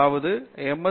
அதாவது ஒரு எம்